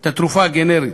את התרופה הגנרית,